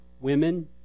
women